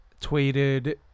tweeted